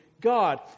God